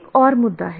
एक और मुद्दा है